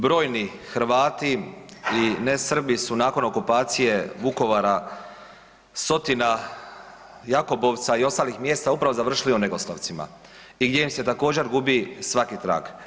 Brojni Hrvati i ne Srbi su nakon okupacije Vukovara, Sotina, Jakobovca i ostalih mjesta upravo završili u Negoslavcima i gdje im se također gubi svaki trag.